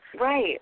Right